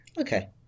Okay